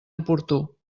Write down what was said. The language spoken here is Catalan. oportú